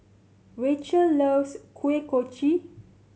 Rachel loves Kuih Kochi